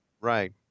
Right